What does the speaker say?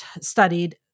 studied